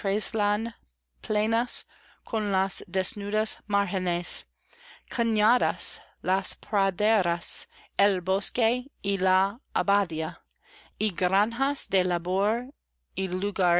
plenas con las desnudas márgenes cañadas las praderas el bosque y la abadía y granjas de labor